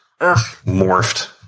morphed